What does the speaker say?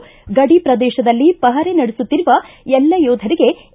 ಗಡಿ ಪ್ರದೇಶದಲ್ಲಿ ಪಹರೆ ನಡೆಸುತ್ತಿರುವ ಎಲ್ಲ ಯೋಧರಿಗೆ ಎ